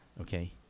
okay